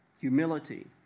humility